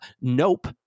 Nope